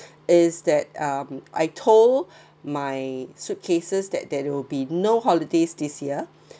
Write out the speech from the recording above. is that um I told my suitcases that they will be no holidays this year